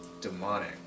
demonic